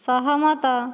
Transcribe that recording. ସହମତ